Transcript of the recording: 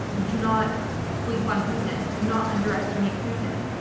do not sleep on putin. and do not underestimate putin.